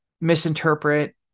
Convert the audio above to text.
misinterpret